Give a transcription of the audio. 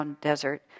desert